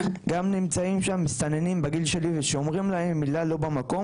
גם נמצאים שם מסתננים בגיל שלי ושאומרים להם מילה לא במקום